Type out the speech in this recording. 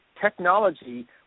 Technology